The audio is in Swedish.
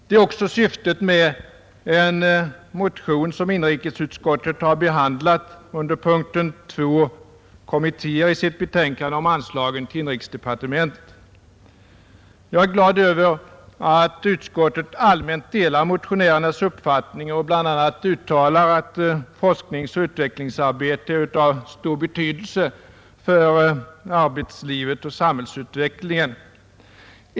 Det är också syftet med en motion som inrikesutskottet har behandlat under punkten 2, Kommittéer m.m., i sitt betänkande om anslagen till inrikesdepartementet. Jag är glad över att utskottet allmänt delar motionärernas uppfattning och bl.a. uttalar att forskningsoch utvecklingsarbete är av stor betydelse för arbetslivet och samhällsutvecklingen.